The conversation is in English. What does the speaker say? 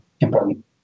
important